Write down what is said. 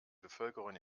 bevölkerung